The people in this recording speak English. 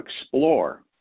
explore